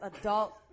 adult